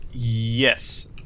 Yes